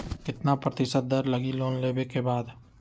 कितना प्रतिशत दर लगी लोन लेबे के बाद?